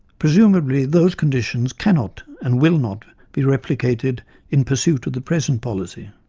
presumably those conditions cannot and will not be replicated in pursuit of the present policy.